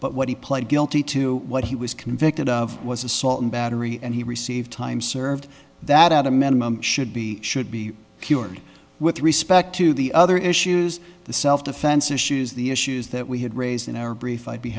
but what he pled guilty to what he was convicted of was assault and battery and he received time served that out a minimum should be should be cured with respect to the other issues the self defense issues the issues that we had raised in our brief i'd be